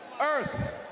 earth